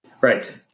Right